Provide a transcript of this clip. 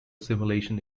simulation